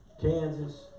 Kansas